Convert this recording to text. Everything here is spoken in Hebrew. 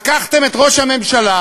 לקחתם את ראש הממשלה,